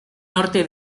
norte